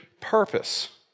purpose